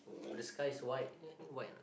the sky is white there white or not